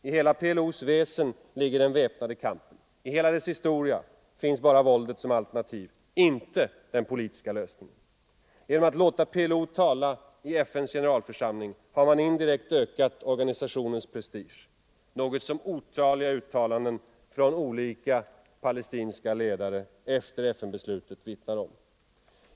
I hela PLO:s väsen ligger den väpnade kampen. I hela dess historia finns bara våldet som alternativ, inte den politiska lösningen. Genom att låta PLO tala i FN:s generalförsamling har man indirekt ökat organisationens prestige, något som otaliga uttalanden från olika palestinska ledare efter FN-beslutet vittnar om.